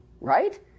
right